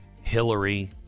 Hillary